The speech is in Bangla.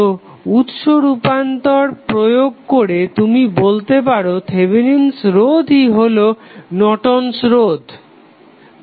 তো উৎস রূপান্তর প্রয়োগ করে তুমি বলতে পারো থেভেনিন রোধই হলো নর্টন'স রোধ Nortons resistance